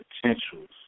potentials